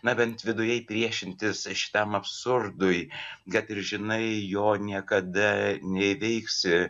na bent vidujai priešintis šitam absurdui kad ir žinai jo niekada neįveiksi